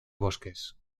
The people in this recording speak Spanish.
bosques